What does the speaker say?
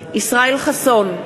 ישראל חסון,